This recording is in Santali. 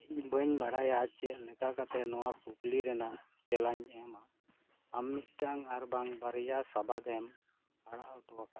ᱤᱧ ᱵᱟᱹᱧ ᱵᱟᱲᱟᱭᱟ ᱪᱮᱫ ᱞᱮᱠᱟ ᱠᱟᱛᱮᱫ ᱱᱚᱶᱟ ᱠᱩᱠᱞᱤ ᱨᱮᱱᱟᱜ ᱛᱮᱞᱟᱧ ᱮᱢᱟ ᱟᱢ ᱢᱤᱫᱴᱟᱝ ᱟᱨᱵᱟᱝ ᱵᱟᱨᱭᱟ ᱥᱟᱵᱟᱫᱽ ᱮᱢ ᱟᱲᱟᱜ ᱦᱚᱴᱚ ᱟᱠᱟᱫᱟ